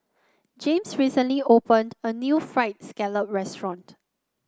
James recently opened a new Fried Scallop Restaurant